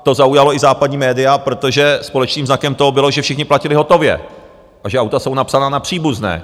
To zaujalo i západní média, protože společným znakem toho bylo, že všichni platili hotově, protože auta jsou napsaná na příbuzné.